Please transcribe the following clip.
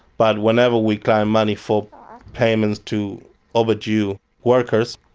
but whenever we claimed money for payments to overdue workers,